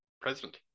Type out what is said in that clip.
president